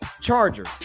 Chargers